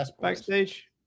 backstage